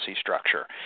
structure